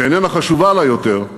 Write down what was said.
שאיננה חשובה לה יותר,